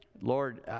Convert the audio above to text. Lord